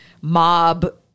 mob